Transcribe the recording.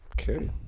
Okay